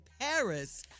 Paris